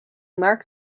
mark